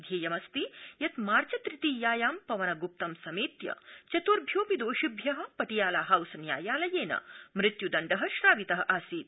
ध्येयमस्ति यत् मार्च तृतीयायां पवनग्प्तं समेत्य चतुभ्योंऽपि दोषिभ्य पटियाला हाउस न्यायालयेन मृत्युदण्ड श्रावित आसीत्